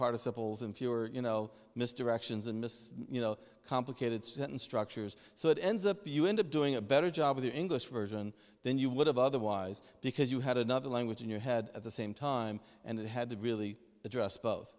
participles in fewer you know mr actions and miss you know complicated sentence structures so it ends up you end up doing a better job of the english version than you would have otherwise because you had another language in your head at the same time and it had to really address both